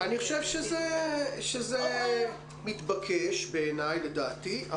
אני חושב שזה מתבקש, בעיניי, לדעתי.